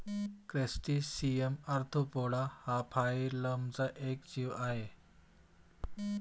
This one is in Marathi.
क्रस्टेसियन ऑर्थोपोडा हा फायलमचा एक जीव आहे